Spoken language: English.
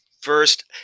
First